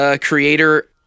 creator